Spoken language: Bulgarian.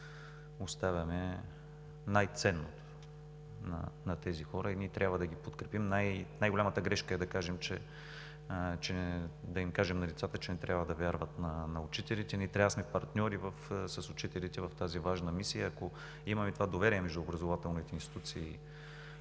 Оставяме най-ценното на тези хора и трябва да ги подкрепим. Най-голямата грешка е да кажем на децата, че не трябва да вярват на учителите. Ние трябва да сме партньори с учителите в тази важна мисия. Ако имаме това доверие между образователните институции